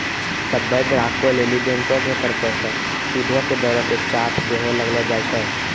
सभ्भे ग्राहको लेली बैंको के तरफो से सूदो के दरो के चार्ट सेहो लगैलो जाय छै